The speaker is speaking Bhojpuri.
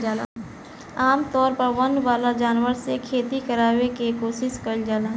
आमतौर पर वन वाला जानवर से खेती करावे के कोशिस कईल जाला